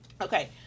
okay